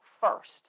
first